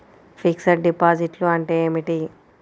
Fixed డిపాజిట్లు అంటే ఏమిటి?